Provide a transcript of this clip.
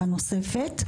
הנוספת,